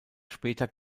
später